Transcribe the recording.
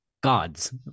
gods